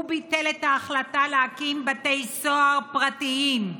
הוא ביטל את ההחלטה להקים בתי סוהר פרטיים.